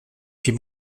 fit